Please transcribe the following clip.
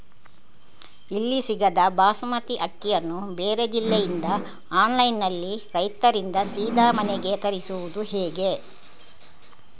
ಇಲ್ಲಿ ಸಿಗದ ಬಾಸುಮತಿ ಅಕ್ಕಿಯನ್ನು ಬೇರೆ ಜಿಲ್ಲೆ ಇಂದ ಆನ್ಲೈನ್ನಲ್ಲಿ ರೈತರಿಂದ ಸೀದಾ ಮನೆಗೆ ತರಿಸುವುದು ಹೇಗೆ?